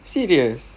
serious